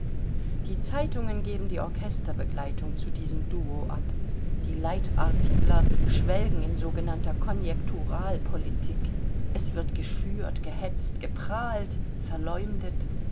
die zeitungen geben die orchesterbegleitung zu diesem duo ab die leitartikler schwelgen in sogenannter konjekturalpolitik es wird geschürt gehetzt geprahlt verleumdet